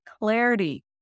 clarity